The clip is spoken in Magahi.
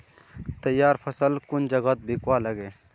तैयार फसल कुन जगहत बिकवा लगे?